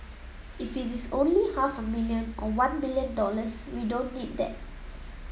if it is only half a million or one million dollars we don't need that